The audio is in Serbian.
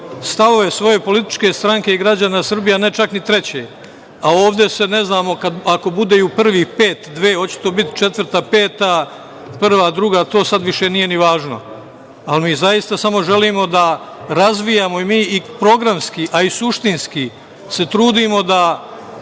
stavove, svoje političke stranke i građane Srbije, a ne čak ni treće, a ovde se, ne znamo, ako bude u prvih pet, dve, hoće li to biti četvrta, peta, prva, druga? To sad više nije ni važno. Mi zaista samo želimo da razvijamo i programski, a i suštinski se trudimo da